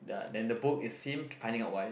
ya then the book is him finding out why